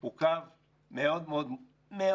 הוא קו מאוד מאוד מורכב